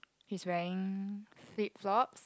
he's wearing flip flop